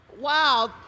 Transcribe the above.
Wow